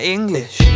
English